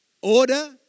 Order